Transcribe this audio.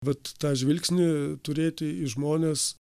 vat tą žvilgsnį turėti į žmones